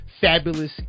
fabulous